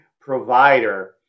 provider